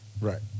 Right